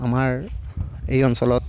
আমাৰ এই অঞ্চলত